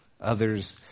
others